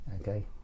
okay